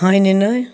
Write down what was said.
हानि नहि